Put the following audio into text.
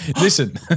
Listen